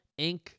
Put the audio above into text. Inc